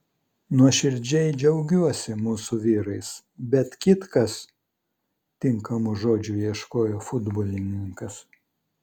nuoširdžiai džiaugiuosi mūsų vyrais bet kitkas tinkamų žodžių ieškojo futbolininkas